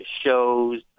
shows